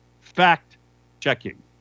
fact-checking